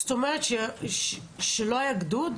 זאת אומרת שלא היה גדוד?